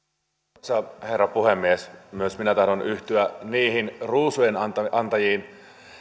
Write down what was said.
arvoisa herra puhemies myös minä tahdon yhtyä niihin ruusujen antajiin